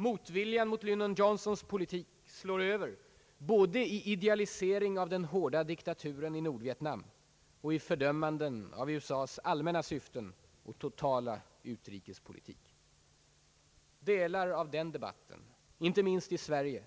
Motviljan mot Lyndon Johnsons politik slår över både i idealisering av den hårda diktaturen i Nordvietnam och i fördömanden av USA:s allmänna syften och totala utrikespolitik. Delar av den debatten, inte minst i Sverige,